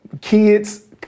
Kids